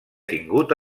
tingut